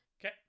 Okay